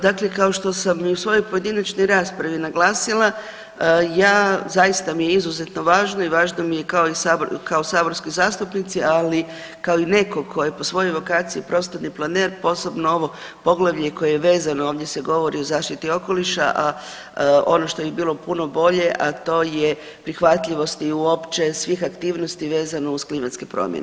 Dakle kao što sam i u svojoj pojedinačnoj raspravi naglasila, ja zaista mi je izuzetno važno i važno mi je kao saborskoj zastupnici, ali kao i netko ko je po svojoj vokaciji prostorni planer, posebno ovo poglavlje koje je vezano, ovdje se govori o zaštiti okoliša, a ono što bi bilo puno bolje, a to je prihvatljivost uopće svih aktivnosti vezano uz klimatske promjene.